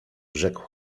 rzekł